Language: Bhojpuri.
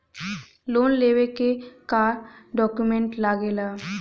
लोन लेवे के का डॉक्यूमेंट लागेला?